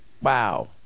Wow